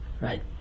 right